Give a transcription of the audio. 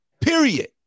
Period